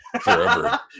forever